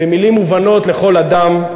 במילים מובנות לכל אדם.